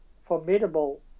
formidable